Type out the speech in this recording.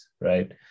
right